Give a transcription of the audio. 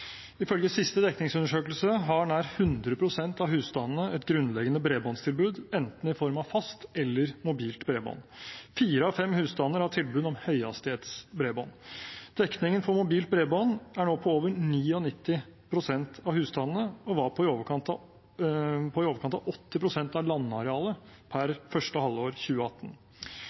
Ifølge siste dekningsundersøkelse har nær 100 pst. av husstandene et grunnleggende bredbåndstilbud, i form av enten fast eller mobilt bredbånd. Fire av fem husstander har tilbud om høyhastighetsbredbånd. Dekningen for mobilt bredbånd er nå på over 99 pst. av husstandene og var på i overkant av 80 pst. av landarealet per første halvår 2018.